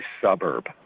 suburb